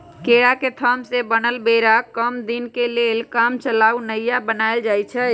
केरा के थम से बनल बेरा कम दीनके लेल कामचलाउ नइया बनाएल जाइछइ